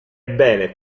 bene